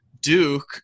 Duke